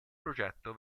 progetto